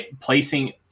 placing